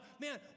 man